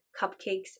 cupcakes